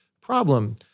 Problem